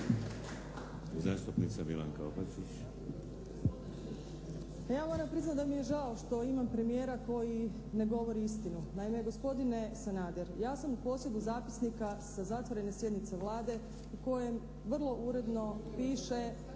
**Opačić, Milanka (SDP)** Pa ja moram priznati što mi je žao što imam premijera koji ne govori istinu. Naime, gospodine Sanader ja sam u posjedu zapisnika sa zatvorene sjednice Vlade u kojem vrlo uredno piše